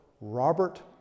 Robert